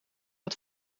het